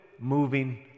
moving